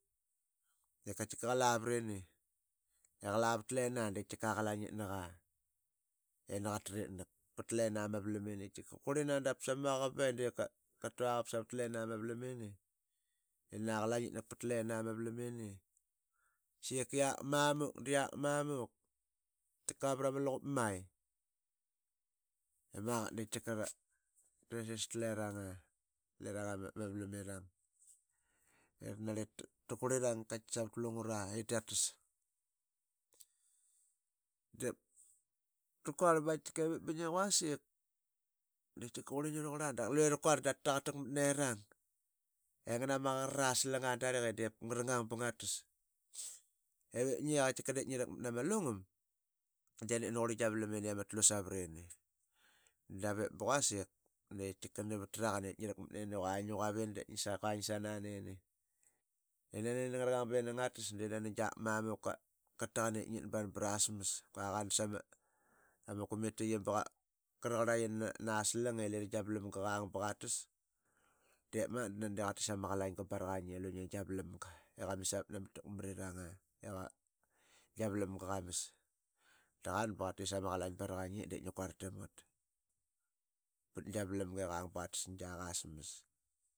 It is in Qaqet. I qa lavat lena de tika aqalangitn aq aa i naqa tritnak pat lena ma valamnini. Tika qa qurlina da sama muaqavap aa ii diip ka tuaqavap savat lena ma valamini i na qalainginak pat lena ma valamini. sika yiak mamuk da mamuk i tika vra ma luqup mai. Ama qaqat de tika raresis ta leranga leranga ama avalamirang i ra narlip tak ta qurliarng ip qaitiki savat lungura ip ta ta. Diip ta quarl ba qaitika ip ba ngi quasik de tika qurlingi raqurla dap lue ra quarl dap ta taqatakmat nerang i ngana ma qaqat ara salang irang aa darlik i diip ngarangang ba ngatas. I vap ngi qaqailika ngia rakmat nama alugam de diip nani qurli gia valamini ama tlu savarani davip ba quasik de tika nani vat taraqang ip ngi rakmak nini i qua ngi quapini dap ngisa. qua ngi sananini i nanini ngara ngang ba ini ngatas de nani ba giak mamuk qa taqan i ngitban brara smas. I qua qan samakomitiqi ba ga raqarlaqi na aslana i lira gia valanga qang ba qa tas. Dep magat na ratis ama qalaing ba raqa ngi lu ngi gia valamga i lira qa misavat na malakmarirang i qa. gia valamga qa mas da qan ba qatis ama qalainga ba ngi i nani ngi quarltam ngat pat ngia valamga i qang ba qatas qaik aa smas.